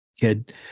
kid